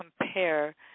compare